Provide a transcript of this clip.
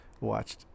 Watched